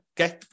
Okay